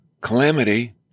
calamity